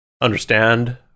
understand